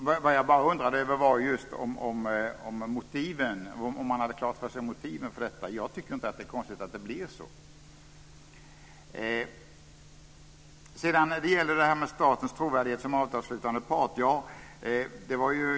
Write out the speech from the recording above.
Vad jag undrade över är om man hade klart för sig motiven för detta. Jag tycker inte att det är konstigt att det blir så här. Sedan var det intressant med detta om statens trovärdighet som avtalsslutande part.